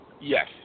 Yes